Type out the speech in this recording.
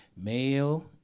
Male